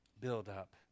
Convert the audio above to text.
buildup